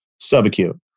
subacute